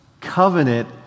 Covenant